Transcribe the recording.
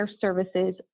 services